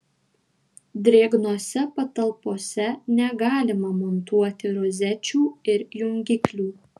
drėgnose patalpose negalima montuoti rozečių ir jungiklių